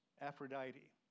Aphrodite